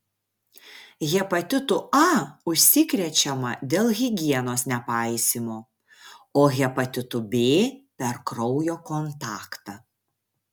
hepatitu a užsikrečiama dėl higienos nepaisymo o hepatitu b per kraujo kontaktą